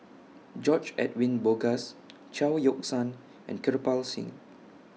George Edwin Bogaars Chao Yoke San and Kirpal Singh